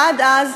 עד אז,